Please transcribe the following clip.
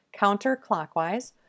Counterclockwise